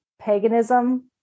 paganism